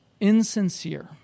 insincere